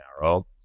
narrow